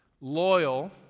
loyal